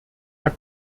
herr